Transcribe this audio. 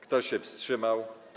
Kto się wstrzymał?